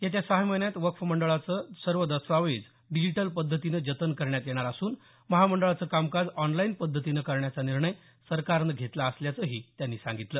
येत्या सहा महिन्यात वक्फ मंडळाचे सर्व दस्तावेज डिजिटल पद्धतीने जतन करण्यात येणार असून महामंडळाचे कामकाज ऑनलाईन पद्धतीनं करण्याचा निर्णय सरकारनं घेतला असल्याचंही त्यांनी सांगितलं